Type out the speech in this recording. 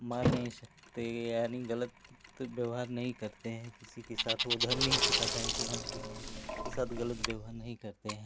मार नहीं सकते यानि गलत व्यवहार नहीं करते हैं किसी के साथ वो धर्म ही सिखाता है कि हम किसी के साथ हम गलत व्यवहार नहीं करते हैं